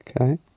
Okay